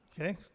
Okay